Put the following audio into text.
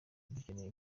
dukeneye